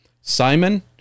simon